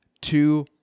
two